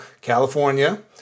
California